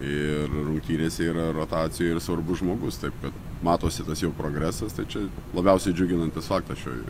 ir rungtynėse yra rotacijoj ir svarbus žmogus taip kad matosi tas jo progresas tai čia labiausiai džiuginantis faktas